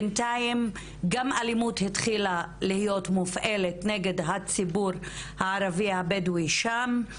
בינתיים גם אלימות התחילה להיות מופעלת נגד הציבור הערבי הבדואי שם,